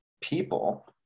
people